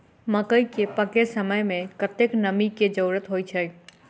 मकई केँ पकै समय मे कतेक नमी केँ जरूरत होइ छै?